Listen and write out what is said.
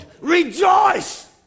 Rejoice